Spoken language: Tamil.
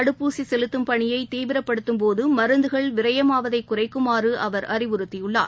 தடுப்பூசி செலுத்தும் பணியை தீவிரப்படுத்தும்போது மருந்துகள் விரயமாவதை குறைக்குமாறு அவர் அறிவுறுத்தியுள்ளார்